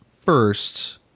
first